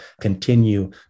continue